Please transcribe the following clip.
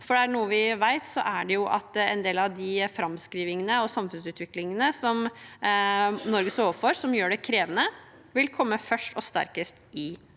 for er det noe vi vet, er det at en del av framskrivningene og den samfunnsutviklingen Norge står overfor, som gjør det krevende, vil komme først og sterkest i